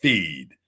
Feed